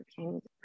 okay